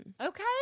Okay